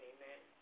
Amen